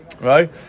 right